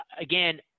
again